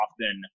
often